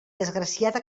desgraciada